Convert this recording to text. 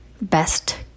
Best